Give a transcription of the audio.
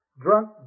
Drunk